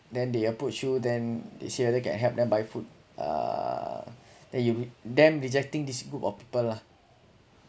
then they approach you then they see whether can help them buy food uh then you damn rejecting this group of people lah